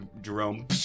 Jerome